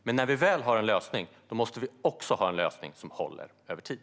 Men när vi väl har en lösning måste den hålla över tid.